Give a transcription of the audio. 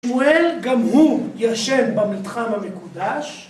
שמואל גם הוא ישן במתחם המקודש